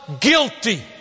guilty